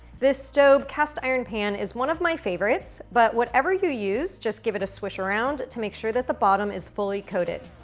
this stove cast iron pan is one of my favorites, but, whatever you use, just give it a swish around to make sure that the bottom is fully coated.